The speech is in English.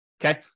Okay